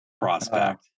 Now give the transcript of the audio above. prospect